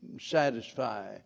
satisfy